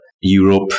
Europe